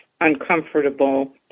uncomfortable